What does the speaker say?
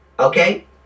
Okay